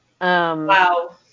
Wow